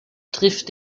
trifft